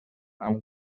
amb